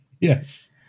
Yes